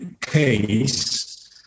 case